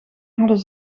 hadden